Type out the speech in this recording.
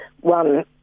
one